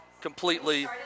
completely